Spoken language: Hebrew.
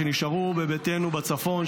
שנשארו בביתנו בצפון,